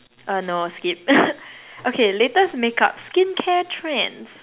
uh no skip okay latest makeup skin care trends